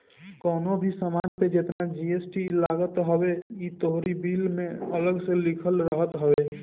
कवनो भी सामान पे जेतना जी.एस.टी लागत हवे इ तोहरी बिल में अलगा से लिखल रहत हवे